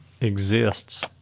exists